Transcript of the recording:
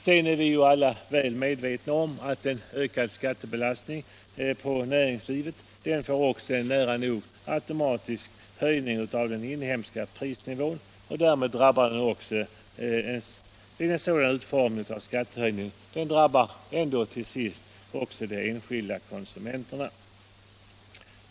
Sedan är vi ju alla väl medvetna om att en ökad skattebelastning på näringslivet medför en nära nog automatisk höjning av den inhemska prisnivån, och därmed drabbar också en sådan utformning av skattehöjningen ändå till sist de enskilda konsumenterna.